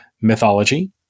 Mythology